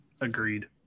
Agreed